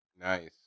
nice